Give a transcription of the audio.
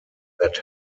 that